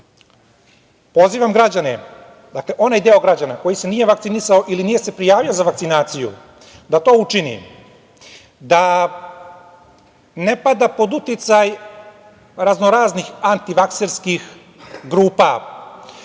pozivam onaj deo građana koji se nije vakcinisao ili nije se prijavio za vakcinaciju da to učini, da ne pada pod uticaj raznoraznih antivakserskih grupa,